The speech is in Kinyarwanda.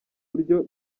buryo